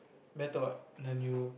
better what than you